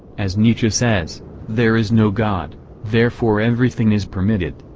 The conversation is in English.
as nietzsche says there is no god therefore everything is permitted.